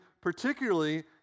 particularly